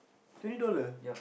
twenty dollar